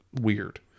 weird